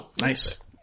Nice